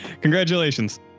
congratulations